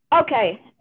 Okay